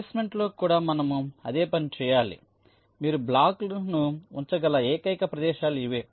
ప్లేస్మెంట్లో కూడా మనము అదే పని చేయాలి మీరు బ్లాక్ను ఉంచగల ఏకైక ప్రదేశాలు ఇవే